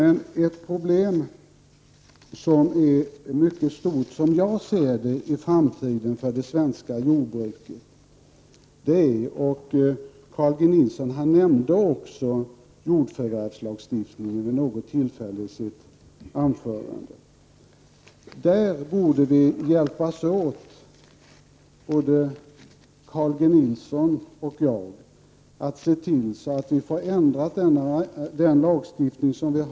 Något som enligt min mening i framtiden kommer att bli ett mycket stort problem för det svenska jordbruket är jordförvärvslagstiftningen, som Carl G Nilsson också i sitt anförande nämnde. Där borde Carl G Nilsson och jag hjälpas åt att se till att den lagstiftning vi har ändras.